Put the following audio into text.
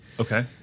Okay